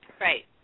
Right